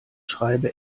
schreibe